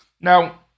Now